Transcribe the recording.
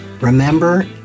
Remember